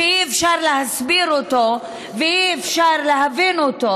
שאי-אפשר להסביר אותו ואי-אפשר להבין אותו,